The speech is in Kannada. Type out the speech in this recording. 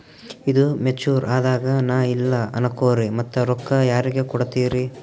ಈದು ಮೆಚುರ್ ಅದಾಗ ನಾ ಇಲ್ಲ ಅನಕೊರಿ ಮತ್ತ ರೊಕ್ಕ ಯಾರಿಗ ಕೊಡತಿರಿ?